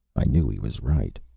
i knew he was right.